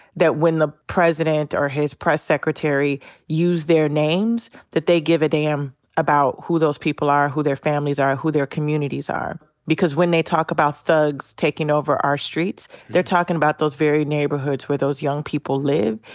that when the president or his press secretary use their names, that they give a damn about who those people are. who their families are. who their communities are. because when they talk about thugs taking over our streets, they're talking about those very neighborhoods where those young people live.